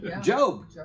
Job